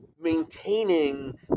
maintaining